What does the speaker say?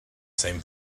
same